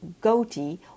goatee